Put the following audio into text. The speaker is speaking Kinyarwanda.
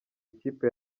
ikipe